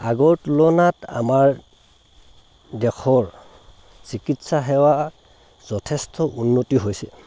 আগৰ তুলনাত আমাৰ দেশৰ চিকিৎসা সেৱা যথেষ্ট উন্নতি হৈছে